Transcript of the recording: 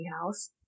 house